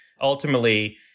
Ultimately